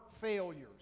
failures